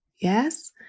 yes